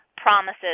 promises